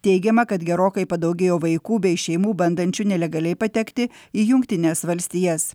teigiama kad gerokai padaugėjo vaikų bei šeimų bandančių nelegaliai patekti į jungtines valstijas